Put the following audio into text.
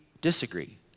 Disagree